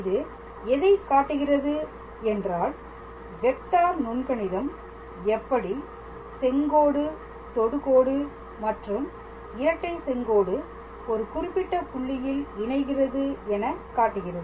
இது எதைக் காட்டுகிறது என்றால் வெக்டார் நுண்கணிதம் எப்படி செங்கோடு தொடுகோடு மற்றும் இரட்டை செங்கோடு ஒரு குறிப்பிட்ட புள்ளியில் இணைகிறது என காட்டுகிறது